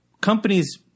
companies